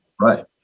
Right